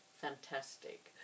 fantastic